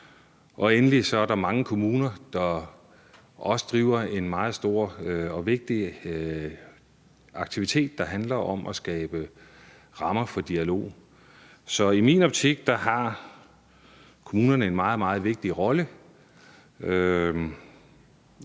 Endelig er der mange kommuner, der også driver en meget stor og vigtig aktivitet, der handler om at skabe rammer for dialog. Så i min optik har kommunerne en meget, meget vigtig rolle.